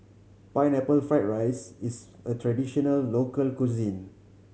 Pineapple Fried rice is a traditional local cuisine